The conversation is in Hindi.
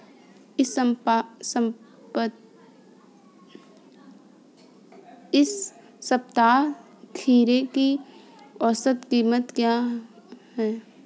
इस सप्ताह खीरे की औसत कीमत क्या है?